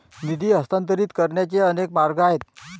निधी हस्तांतरित करण्याचे अनेक मार्ग आहेत